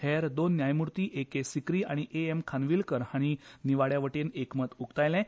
हेर दोन न्यायमुर्ती एके सिक्री आनी एएम खानवलीलकार हांणी निवाड्या वाटेन एकमत उकतायलें